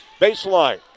baseline